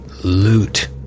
loot